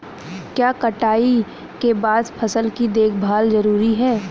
क्या कटाई के बाद फसल की देखभाल जरूरी है?